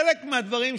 חלק מהדברים שהגשתי,